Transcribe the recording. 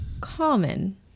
common